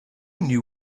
knew